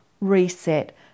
reset